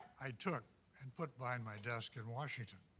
i took and put by and my desk in washington,